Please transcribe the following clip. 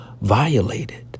violated